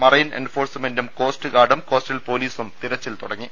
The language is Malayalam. മറൈൻ എൻഫോഴ്സ്മെന്റും കോസ്റ്റ്ഗാർഡും കോസ്റ്റൽപോലീസും തിരച്ചിൽ തുടങ്ങി